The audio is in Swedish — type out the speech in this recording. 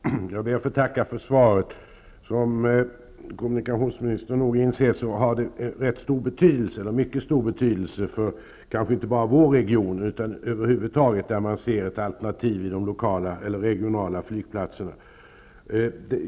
Herr talman! Jag ber att få tacka för svaret. Som kommunikationsministern nog inser har det mycket stor betydelse för kanske inte bara vår region utan över huvud taget där man ser ett alternativ i de lokala eller regionala flygplatserna.